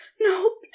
No